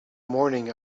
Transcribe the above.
morning